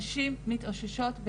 נשים לא מתאוששות,